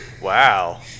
Wow